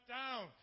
down